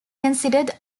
considered